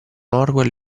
orwell